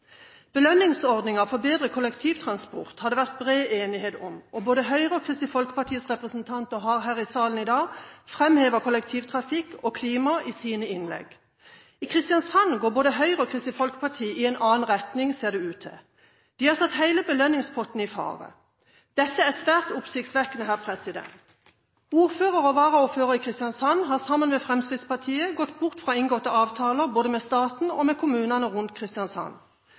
for bedre kollektivtransport har det vært bred enighet om. Både Høyres og Kristelig Folkepartis representanter har her i salen i dag framhevet kollektivtrafikk og klima i sine innlegg. I Kristiansand går både Høyre og Kristelig Folkeparti i en annen retning, ser det ut til. De har satt hele belønningspotten i fare. Dette er svært oppsiktsvekkende. Ordføreren og varaordføreren i Kristiansand har sammen med Fremskrittspartiet gått bort fra inngåtte avtaler både med staten og med kommunene rundt Kristiansand.